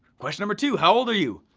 question number two, how old are you?